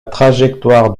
trajectoire